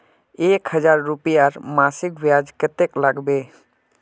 एक हजार रूपयार मासिक ब्याज कतेक लागबे?